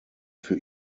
für